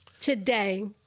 today